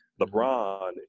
LeBron